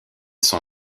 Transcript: son